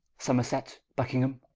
somerset, buckingham,